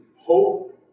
hope